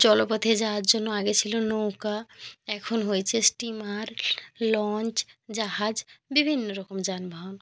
জলপথে যাওয়ার জন্য আগে ছিলো নৌকা এখন হয়েছে স্টিমার লঞ্চ জাহাজ বিভিন্ন রকম যানবাহন